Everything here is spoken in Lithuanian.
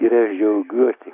ir aš džiaugiuosi